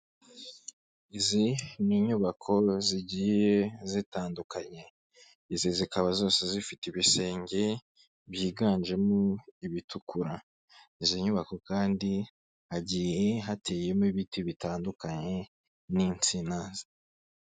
Izi ni inyubako zigiye zitandukanye, izi zikaba zose zifite ibisenge byiganjemo ibitukura, izo nyubako kandi hateyemo ibiti bitandukanye n'insina.